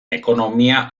ekonomia